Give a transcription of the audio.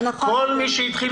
כל מי התחיל